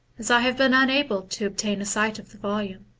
as i have been unable to obtain a sight of the volume.